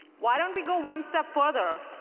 why don't we go one step further?